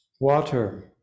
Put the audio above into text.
water